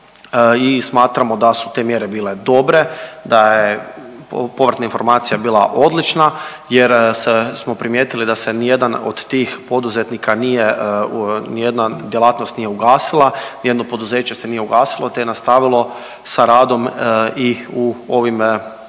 i smatramo da su te mjere bile dobre, da je povratna informacija bila odlična jer smo primijetili da se nijedan od tih poduzetnika nije, ni jedna djelatnost nije ugasila, nijedno poduzeće se nije ugasilo te je nastavilo sa radom i u ovim boljim